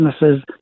businesses